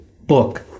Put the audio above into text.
book